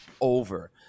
over